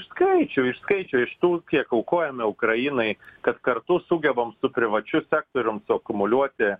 iš skaičių iš skaičių iš tų kiek aukojame ukrainai kad kartu sugebam su privačiu sektorium suakumuliuoti